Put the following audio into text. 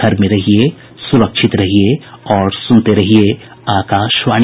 घर में रहिये सुरक्षित रहिये और सुनते रहिये आकाशवाणी